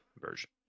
version